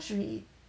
should we eat